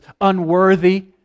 unworthy